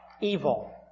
evil